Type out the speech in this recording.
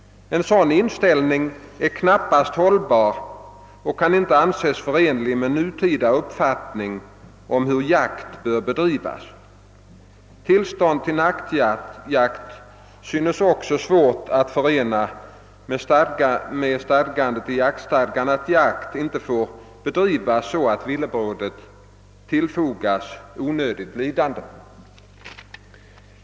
En sådan inställning är knappast hållbar och kan inte anses förenlig med nutida uppfattning om hur jakt bör bedrivas. Tillstånd till nattjakt synes också, framhåller anstalten, svårt att förena med stadgandet i jaktstadgan att jakt inte får bedrivas så att villebrådet tillfogas onödigt lidande.